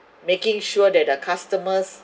making sure that their customers